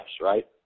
Right